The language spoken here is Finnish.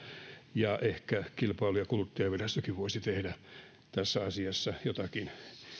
ja ehkä kilpailu ja kuluttajavirastokin voisi tehdä tässä asiassa jotakin